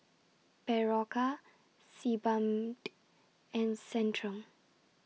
Berocca Sebamed and Centrum